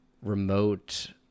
Remote